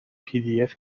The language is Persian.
pdf